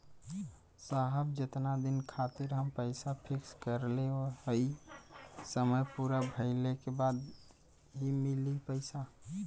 साहब जेतना दिन खातिर हम पैसा फिक्स करले हई समय पूरा भइले के बाद ही मिली पैसा?